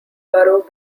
borough